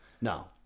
No